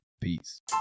Peace